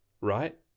right